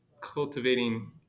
cultivating